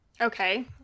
Okay